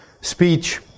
speech